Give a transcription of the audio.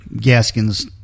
Gaskins